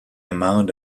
amount